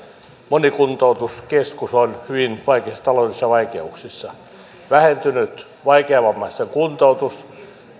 moni kuntoutuskeskus on hyvin vaikeissa taloudellisissa vaikeuksissa vaikeavammaisten kuntoutus on vähentynyt